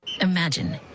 Imagine